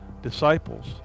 disciples